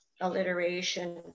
alliteration